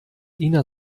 ina